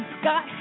Scott